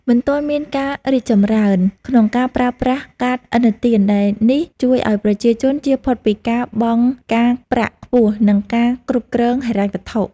មិនទាន់មានការរីកចម្រើនក្នុងការប្រើប្រាស់កាតឥណទានដែលនេះជួយឱ្យប្រជាជនជៀសផុតពីការបង់ការប្រាក់ខ្ពស់និងការគ្រប់គ្រងហិរញ្ញវត្ថុ។